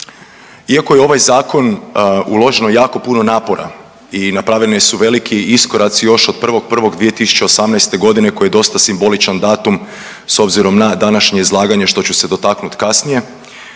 Iako je u ovaj zakon uloženo jako puno napora i napravljeni su veliki iskoraci još od 1.1.2018. godine koji je dosta simboličan datum s obzirom na današnje izlaganje što ću se dotaknuti kasnije.